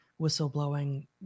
whistleblowing